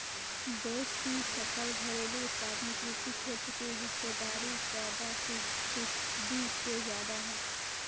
देश की सकल घरेलू उत्पाद में कृषि क्षेत्र की हिस्सेदारी चौदह फीसदी से ज्यादा है